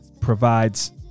provides